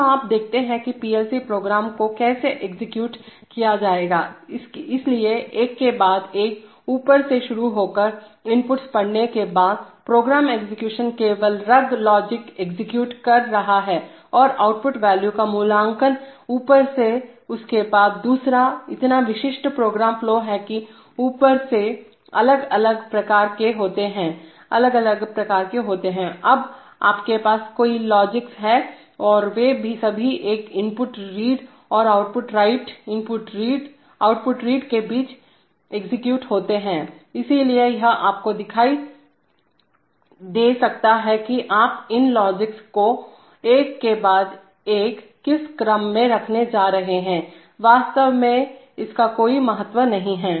तो आप देखते हैं कि पीएलसी प्रोग्राम को कैसे एग्जीक्यूटनिष्पादित किया जाएगा इसलिए एक के बाद एक ऊपर से शुरू होकरइनपुट्स पढ़ने के बाद प्रोग्राम एक्जीक्यूशन केवल रग लॉजिक एग्जीक्यूट कर रहा है और आउटपुट वॉल्यू का मूल्यांकन ऊपर से उसके बाद दूसरा इतना विशिष्ट प्रोग्राम फ्लो है कि ऊपर से ये अलग अलग प्रकार के होते हैं अलग अलग प्रकार के होते हैं अब आपके पास कई लॉजिक्स हैं और वे सभी एक इनपुट रीड और आउटपुट राइट आउटपुट रीड के बीच निष्पादित एग्जीक्यूट होते हैं इसलिए यह आपको दिखाई दे सकता है यह कि आप इन लॉजिक्स को एक के बाद एक किस क्रम में रखने जा रहे हैं वास्तव में उसका कोई महत्व नहीं है